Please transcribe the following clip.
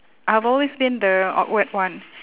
I've always been the awkward one